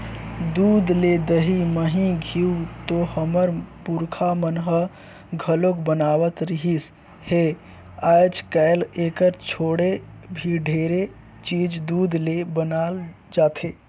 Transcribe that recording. दूद ले दही, मही, घींव तो हमर पूरखा मन ह घलोक बनावत रिहिस हे, आयज कायल एखर छोड़े भी ढेरे चीज दूद ले बनाल जाथे